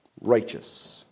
righteous